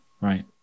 right